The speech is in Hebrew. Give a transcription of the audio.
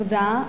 תודה.